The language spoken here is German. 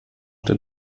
der